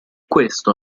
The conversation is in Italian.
questo